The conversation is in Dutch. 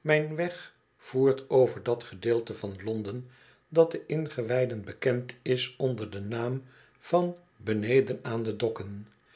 mijn weg voert over dat gedeelte van londen dat den ingewijden bekend is onder den naam van beneden aan de dokken